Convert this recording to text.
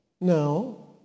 no